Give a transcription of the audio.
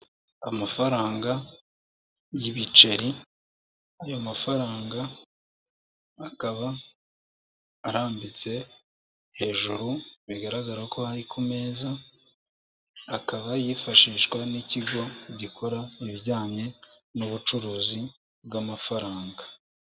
Amafaranga y'ibiceri ayo mafaranga akaba arambitse hejuru bigaragara ko ari ku meza, akaba yifashishwa n'ikigo gikora ibijyanye n'ubucuruzi bw'amafaranga.